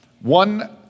One